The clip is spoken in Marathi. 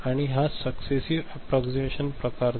आणि हा सक्सेसिव एप्प्प्रॉक्सिमेशन प्रकार आहे